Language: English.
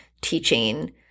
teaching